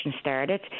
started